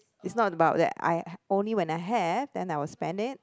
it's not about that I only when I have then I'll spend it